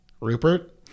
Rupert